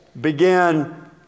began